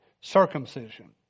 circumcision